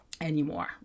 anymore